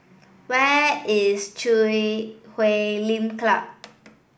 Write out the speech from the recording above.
where is Chui Huay Lim Club